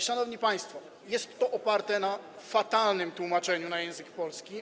Szanowni państwo, jest to oparte na fatalnym tłumaczeniu na język polski.